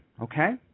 okay